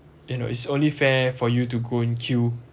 you know it's only fair for you to go and queue